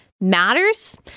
Matters